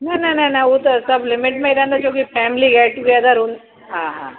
न न न न उहो त सभु लिमिट में रहंदो छो कि फ़ेमिली गेटटूगेदर हूंदो हा हा